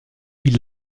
ils